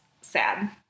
sad